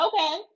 Okay